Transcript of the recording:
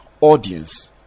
audience